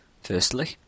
Firstly